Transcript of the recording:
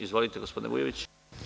Izvolite, gospodine Vujoviću.